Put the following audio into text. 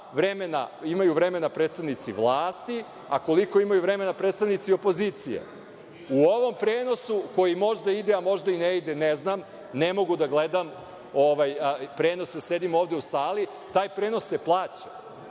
imaju predstavnici vlasti, a koliko imaju vremena predstavnici opozicije. U ovom prenosu, koji možda ide, a možda i ne ide, ne znam, ne mogu da gledam prenose, sedim ovde u sali, taj prenos se plaća,